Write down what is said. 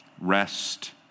rest